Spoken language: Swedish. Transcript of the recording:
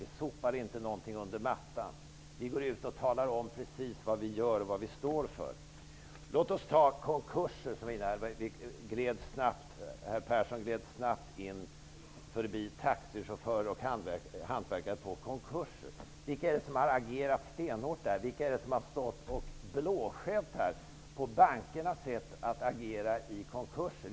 Vi sopar inte något under mattan. Vi går ut och talar om precis vad vi gör och vad vi står för. Låt oss se på konkurserna. Göran Persson gled snabbt förbi taxichaufförer och hantverkare. Vilka är det som har agerat stenhårt? Vilka är det som har stått och blåskällt på bankernas sätt att agera i konkurser?